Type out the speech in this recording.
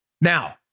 Now